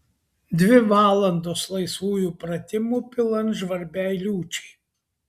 dvi valandos laisvųjų pratimų pilant žvarbiai liūčiai